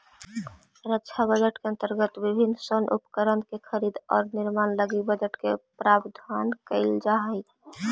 रक्षा बजट के अंतर्गत विभिन्न सैन्य उपकरण के खरीद औउर निर्माण लगी बजट के प्रावधान कईल जाऽ हई